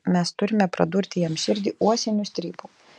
mes turime pradurti jam širdį uosiniu strypu